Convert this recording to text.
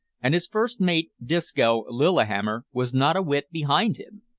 and his first-mate, disco lillihammer, was not a whit behind him.